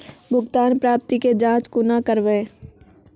भुगतान प्राप्ति के जाँच कूना करवै?